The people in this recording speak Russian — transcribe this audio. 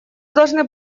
должны